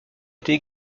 était